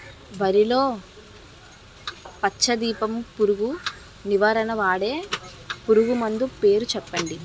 వరిలో పచ్చ దీపపు పురుగు నివారణకు వాడే పురుగుమందు పేరు చెప్పండి?